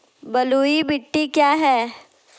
बलुई मिट्टी क्या है?